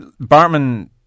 Bartman